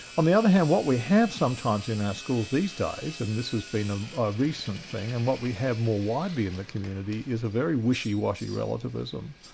on the other hand, what we have sometimes in our schools these days, and this has been a recent thing, and what we have more widely in the community, is a very wishy-washy relativism,